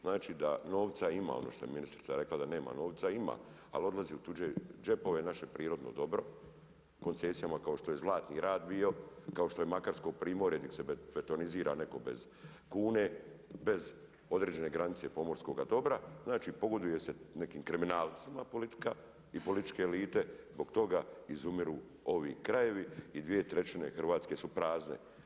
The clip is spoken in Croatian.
Znači da novca ima ono što je ministrica rekla da nema, novca ima, ali odlazi u tuđe džepove naše prirodno dobro koncesijama kao što je Zlatni rat bio, kao što je Makarsko primorje neg se betonizira neko bez kune, bez određene granice pomorskoga dobra, znači pogoduje se nekim kriminalcima politika i političke elite, zbog toga izumiru ovi krajevi i dvije trećine Hrvatske su prazne.